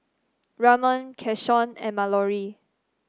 Ramon Keshaun and Mallorie